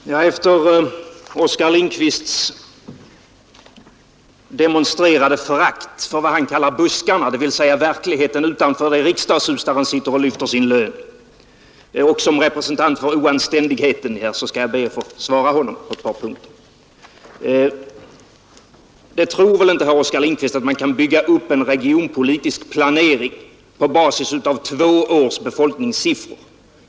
Fru talman! Efter Oskar Lindkvists demonstrerade förakt för vad han kallar buskarna, dvs. verkligheten utanför det riksdagshus där han sitter och lyfter sin lön, och som den representant för ”oanständigheten” jag är skall jag be att få svara honom på ett par punkter. Herr Oskar Lindkvist tror väl inte att man skall kunna bygga upp en regionalpolitisk planering på basis av två års befolkningssiffror.